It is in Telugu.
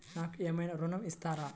నాకు ఏమైనా ఋణం ఇస్తారా?